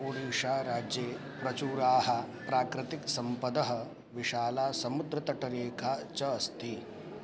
ओडिशाराज्ये प्रचुराः प्राकृतिकसम्पदः विशाला समुद्रतटरेखा च अस्ति